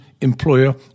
employer